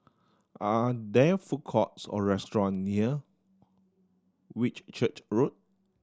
are there food courts or restaurant near Whitchurch Road